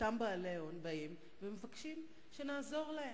ואותם בעלי הון באים ומבקשים שנעזור להם,